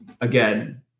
Again